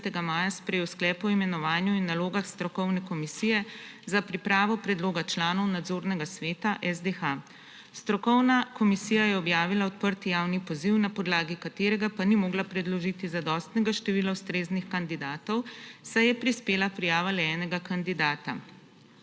maja sprejel sklep o imenovanju in nalogah strokovne komisije za pripravo predloga članov nadzornega sveta SDH. Strokovna komisija je objavila odprti javni poziv, na podlagi katerega pa ni mogla predložiti zadostnega števila ustreznih kandidatov, saj je prispela prijava le enega kandidata.